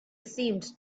seemed